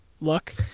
look